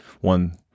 one